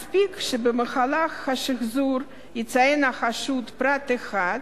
מספיק שבמהלך השחזור יציין החשוד פרט אחד,